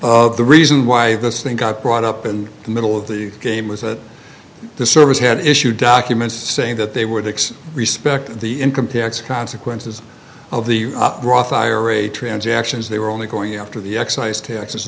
the reason why this thing got brought up in the middle of the game was that the service had issued documents saying that they were they respect the income tax consequences of the roth ira transactions they were only going after the excise tax